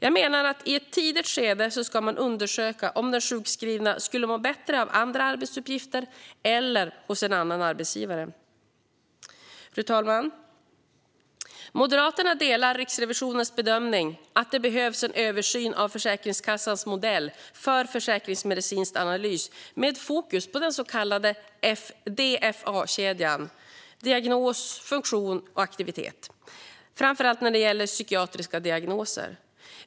Jag menar att man i ett tidigt skede ska undersöka om den sjukskrivna skulle må bättre av andra arbetsuppgifter eller hos en annan arbetsgivare. Fru talman! Moderaterna delar Riksrevisionens bedömning att det behövs en översyn av Försäkringskassans modell för försäkringsmedicinsk analys med fokus på den så kallade DFA-kedjan - diagnos, funktion, aktivitet - framför allt när det gäller psykiatriska diagnoser.